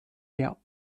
der